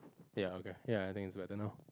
ya okay ya I think it's better now